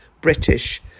British